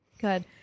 Good